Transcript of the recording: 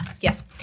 yes